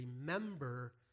remember